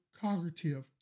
cognitive